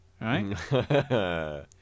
Right